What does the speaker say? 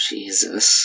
Jesus